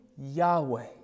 Yahweh